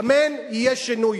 אמן, יהיה שינוי.